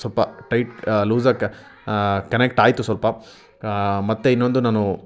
ಸ್ವಲ್ಪ tight loose ಆಗಿ connect ಆಯಿತು ಸ್ವಲ್ಪ ಮತ್ತು ಇನ್ನೊಂದು ನಾನು